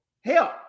help